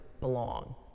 belong